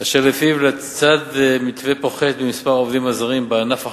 אשר לפיו לצד מתווה פוחת במספר העובדים הזרים בענף החקלאות,